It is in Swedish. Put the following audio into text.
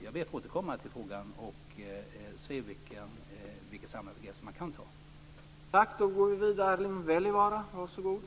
Jag ber att få återkomma till frågan och jag skall försöka se efter vilka samlade grepp som man kan ta.